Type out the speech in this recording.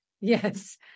Yes